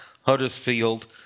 Huddersfield